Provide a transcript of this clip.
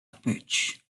pitch